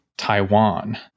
Taiwan